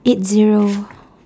eight zero